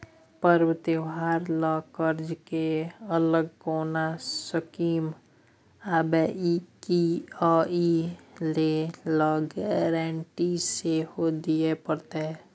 पर्व त्योहार ल कर्ज के अलग कोनो स्कीम आबै इ की आ इ लोन ल गारंटी सेहो दिए परतै?